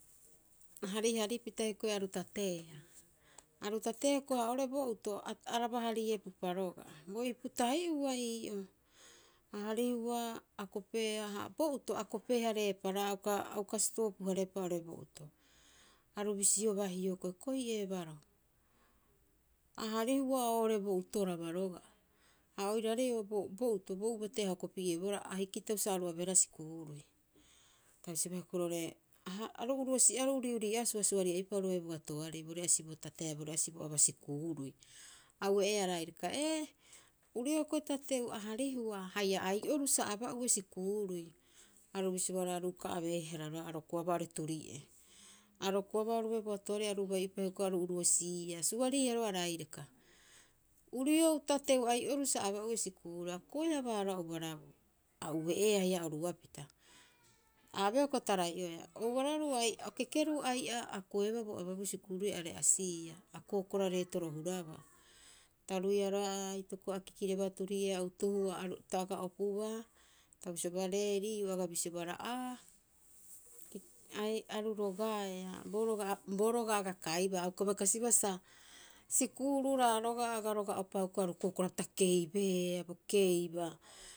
Harihari pita hioko'i aru tateea. Aru tatee hioko'i, ha oo'ore bo uto, araba hariepupa roga'a. Bo ipu tahi'ua ii'oo. A harihua a kopeea, ha bo uto a kope- hareepa roga'a, a uka a uka sitoopu- hareepa oo'ore bo uto. Aru bisiobaa hioko'i, koi'ee baroo, a harihua oo'ore bo utoraba roga'a. Ha oiraarei o bo uto, bo ubate a hoko pi'eebohara, ha hikitau sa aru abeehara sikuurui. Ta bisioba hioko'i roo'ore, ha aru uruu'osiia aru uri'urii'oea suasuari'ai pita oru bai bo atoarei bo re'asi bo tate haia bo re'asi bo aba sikuurui. A ue'eea rairaka, ee, uriou hioko'i tateu a harihua, haia ai'oruu sa aba'ue sikuurui. Aru bisiobaa roga'a aru uka abeehara. A arokoabaa oo'ore turi'ee. A arokoaba oru bai bo atoarei, aru bai'upa hioko'i aru uruu'osiia. A suariia roga'a rairaka. Uriou tateu ai'oruu sa aba'ue sikuurui. A koeabaa roga'a o ubarabuu. A ue'eea haia oruapita. A abeea hioko'i a tarai'oea. O ubararu o kekeruu ai'aa, a koeebaa bo ababuu sikuurui a re'asiia. A kookora reetoro huraba. Ta ruiia roga'a agai aitoko a kekerebaa turi'ee a utuhua ta aga opubaa, ta bisiobaa, reriiu. Aga bisiobaa aa, ai aru rogaea. Bo roga, bo roga aga kaibaa, a uka bai kasibaa sa sikuururaa roga'a, aga roga'upa hukuia. Aru kookora pita keibeea, bo keiba.